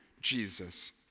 Jesus